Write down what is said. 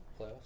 playoffs